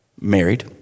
married